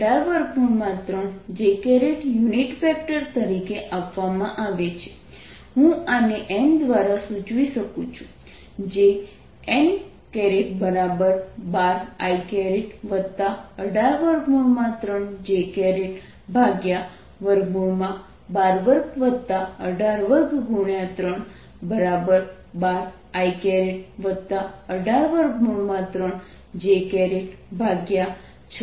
fxy36 fxyx∂xy∂yz∂zfxy8xi18yj fxy|32312i183j તો આ 12i183j unit vector તરીકે આપવામાં આવે છે હું આને n દ્વારા સૂચવી શકું જે n12i183j122182×312i183j6427231i3331j છે